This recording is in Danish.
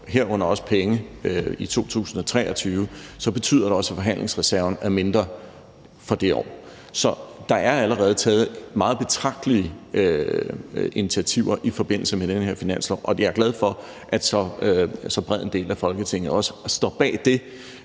herunder også med penge i 2023, betyder det også, at forhandlingsreserven er mindre for det år. Så der er allerede taget meget betragtelige initiativer i forbindelse med det her forslag til finanslov, og jeg er glad for, at så bred en del af Folketinget også står bag det.